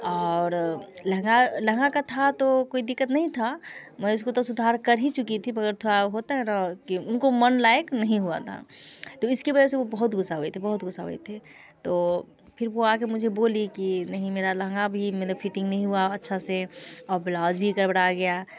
और लहंगा लहंगा का था तो कोई दिक़्क़त नहीं था मैं उसको तो सुधार कर ही चुकी थी मगर थोड़ा होता है ना उनको मन लायक नहीं हुआ था तो इसके वजह से वो बहुत गुस्सा हुई थी बहुत गुस्सा हुई थी तो फिर वो आके वो मुझे बोली कि नहीं मेरा लहंगा भी मेरे फ़िटिंग नहीं हुआ अच्छा से और ब्लाउज भी गड़बड़ा गया